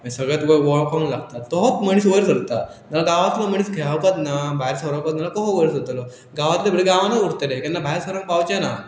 मागीर सगळे तुका वळखोंक लागता तोच मनीस वयर सरता जाल्या गवांतलो मनीस खेपच ना भायर सरोपच नाल्या तो वयर सरतलो गावांतले भुर गांवानूच उरतले केन्ना भायर सरक पावचे ना